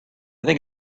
think